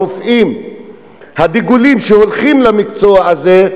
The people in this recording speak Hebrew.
הרופאים הדגולים שהולכים למקצוע הזה,